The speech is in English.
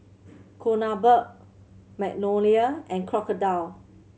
Kronenbourg Magnolia and Crocodile